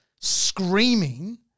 screaming